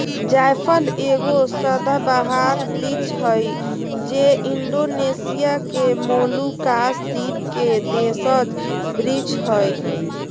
जायफल एगो सदाबहार वृक्ष हइ जे इण्डोनेशिया के मोलुकास द्वीप के देशज वृक्ष हइ